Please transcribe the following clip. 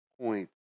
point